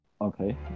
Okay